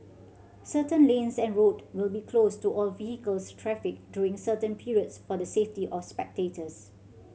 certain lanes and road will be closed to all vehicles traffic during certain periods for the safety of spectators